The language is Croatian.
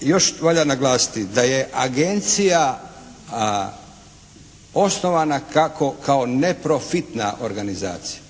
još valja naglasiti da je agencija osnovana kao neprofitna organizacija,